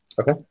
Okay